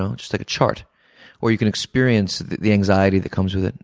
um just like a chart or you can experience the anxiety that comes with it,